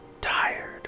tired